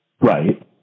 Right